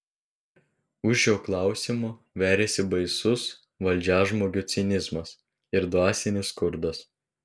už šio klausimo veriasi baisus valdžiažmogio cinizmas ir dvasinis skurdas